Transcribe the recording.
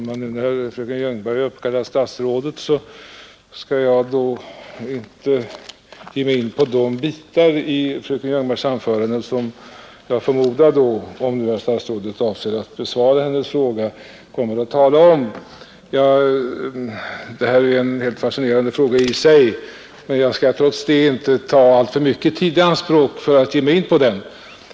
Herr talman! Eftersom fröken Ljungberg uppkallat statsrådet skall jag nu inte ge mig in på de avsnitt av fröken Ljungbergs anförande som jag förmodar att herr statsrådet kommer att tala om, därest han avser att besvara hennes fråga. Den reform det nu gäller är ju helt fascinerande i sig, men jag skall trots det inte ta alltför mycket tid i anspråk för att ge mig in på den.